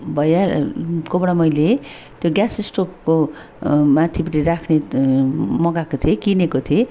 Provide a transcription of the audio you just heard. भैयाकोबाट मैले ग्यास स्टोभको माथिपट्टि राख्ने मगाएको थिएँ किनेको थिएँ